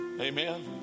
Amen